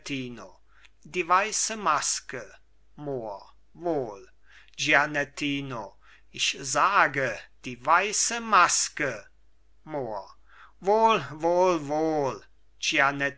gianettino die weiße maske mohr wohl gianettino ich sage die weiße maske mohr wohl wohl wohl